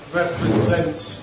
represents